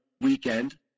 weekend